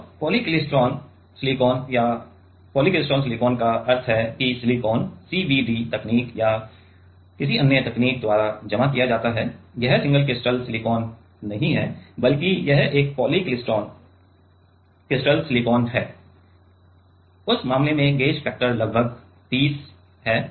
और polycrystalline silicon polycrystalline silicon का अर्थ है कि सिलिकॉन CVD तकनीक और या किसी अन्य तकनीक द्वारा जमा किया जाता है यह सिंगल क्रिस्टल सिलिकॉन नहीं है बल्कि यह एक पॉली क्रिस्टल सिलिकॉन है उस मामले में गेज फैक्टर लगभग 30 है